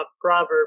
proverb